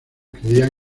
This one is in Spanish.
creían